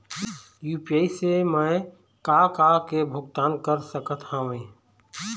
UPI से मैं का का के भुगतान कर सकत हावे?